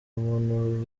umuntu